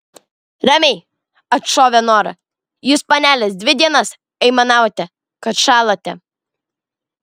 ramiai atšovė nora jūs panelės dvi dienas aimanavote kad šąlate